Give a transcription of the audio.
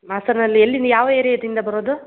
ಹಾಸನಲ್ಲಿ ಎಲ್ಲಿ ನೀವು ಯಾವ್ ಏರಿಯಾದಿಂದ ಬರೋದು